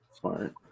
Smart